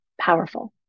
powerful